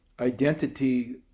identity